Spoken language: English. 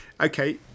Okay